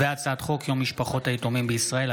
הצעת חוק יום משפחות היתומים בישראל,